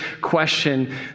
question